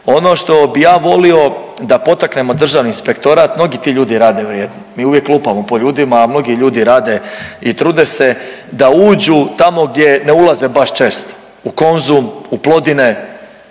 Ono što bi ja volio da potaknemo Državni inspektorat, mnogi ti ljudi rade vrijedno, mi uvijek lupamo po ljudima, a mnogi ljudi rade i trude se da uđu tamo gdje ne ulaze baš često, u Konzum, u Plodine,